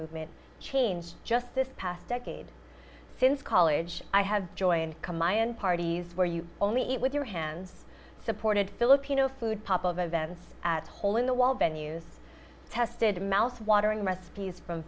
movement changed just this past decade since college i have joined the mayan parties where you only eat with your hands supported filipino food pop of events at the hole in the wall venue's tested mouth watering recipes from